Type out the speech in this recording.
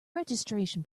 registration